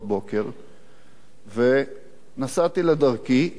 ונסעתי לדרכי כשאני אמור להיות מודח.